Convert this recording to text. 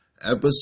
Episode